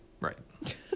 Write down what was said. Right